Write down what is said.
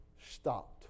stopped